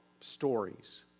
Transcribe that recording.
stories